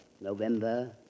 November